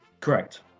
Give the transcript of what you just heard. Correct